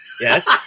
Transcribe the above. Yes